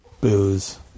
Booze